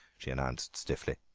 she announced stiffly.